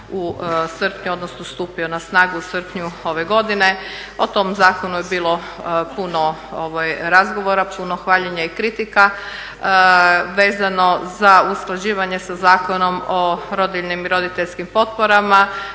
u srpnju, odnosno stupio na snagu u srpnju ove godine. O tom zakonu je bilo puno razgovora, puno hvaljenja i kritika vezano za usklađivanje sa Zakonom o rodiljnim i roditeljskim potporama